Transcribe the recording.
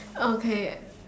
okay